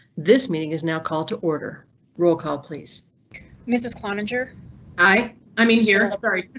this meeting is now called. to order roll call please mrs cloninger i i mean here sorry.